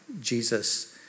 Jesus